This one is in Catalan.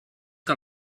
que